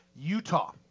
Utah